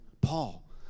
Paul